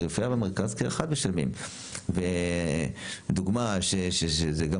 פריפריה ומרכז כאחד משלמים ודוגמא שזה גם